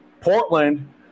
Portland